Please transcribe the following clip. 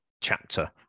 chapter